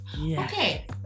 Okay